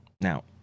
Now